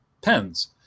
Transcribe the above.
pens